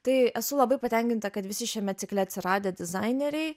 tai esu labai patenkinta kad visi šiame cikle atsiradę dizaineriai